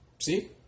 See